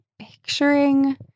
picturing